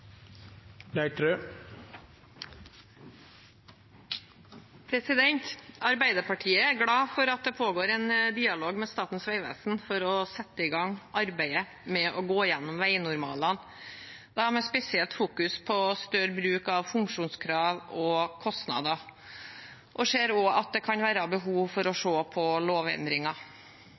glad for at det pågår en dialog med Statens vegvesen for å sette i gang med arbeidet med å gå igjennom veinormalene, da med spesielt fokus på større bruk av funksjonskrav og kostnader, og ser også at det kan være behov for å se på lovendringer.